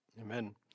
Amen